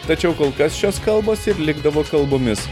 tačiau kol kas šios kalbos ir likdavo kalbomis